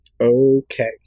Okay